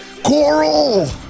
Coral